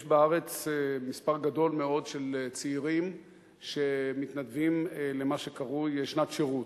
יש בארץ מספר גדול מאוד של צעירים שמתנדבים למה שקרוי שנת שירות.